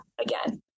again